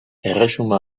erresuma